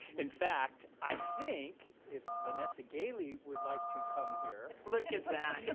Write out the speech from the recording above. in fact, i think, if vanessa gaily would like to come here. look at that.